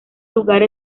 lugar